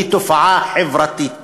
היא תופעה חברתית,